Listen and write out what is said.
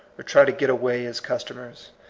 or try to get away his customers.